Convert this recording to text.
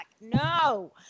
No